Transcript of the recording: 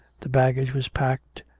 the baggage was packed,